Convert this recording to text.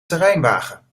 terreinwagen